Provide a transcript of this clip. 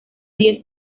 diez